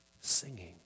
singing